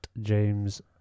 James-